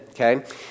okay